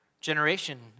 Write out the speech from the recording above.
generation